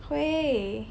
会: hui